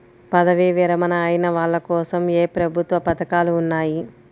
పదవీ విరమణ అయిన వాళ్లకోసం ఏ ప్రభుత్వ పథకాలు ఉన్నాయి?